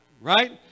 Right